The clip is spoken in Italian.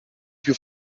più